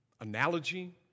analogy